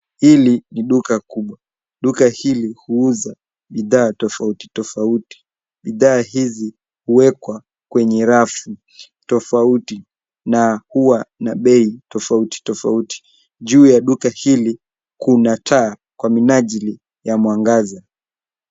Hili ni duka kubwa. Duka hili huuza bidhaa tofautitofauti. Bidhaa hizi huwekwa kwenye rafu tofauti na huwa na bei tofautitofauti. Juu ya duka hili kuna taa kwa minajili ya mwangaza.